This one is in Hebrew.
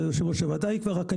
יושב-ראש הוועדה יקבע זאת.